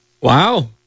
Wow